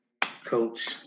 Coach